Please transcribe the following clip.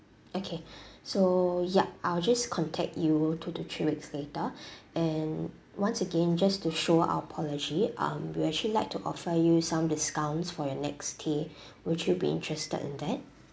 okay so yup I'll just contact you two to three weeks later and once again just to show our apology um we actually like to offer you some discounts for your next stay would you be interested in that